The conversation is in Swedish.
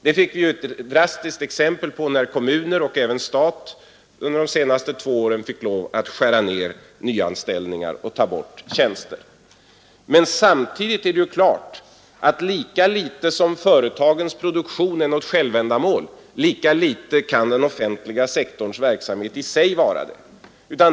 Det fick vi ett drastiskt exempel på när kommuner och även staten under de senaste två åren måste skära ned nyanställningar och dra in tjänster. Men samtidigt är det klart att lika litet som företagens produktion är något självändamål kan den offentliga sektorns verksamhet vara det.